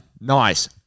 nice